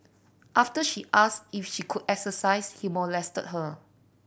after she asked if she could exercise he molested her